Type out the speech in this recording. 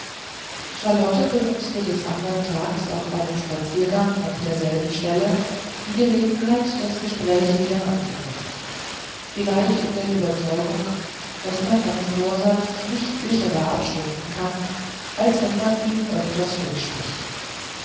charlotte benutzte des andern tags auf einem spaziergang nach derselben stelle die gelegenheit das gespräch wieder anzuknüpfen vielleicht in der überzeugung daß man einen vorsatz nicht sicherer abstumpfen kann als wenn man ihn öfters durchspricht